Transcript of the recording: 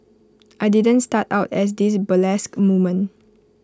I didn't start out as this burlesque woman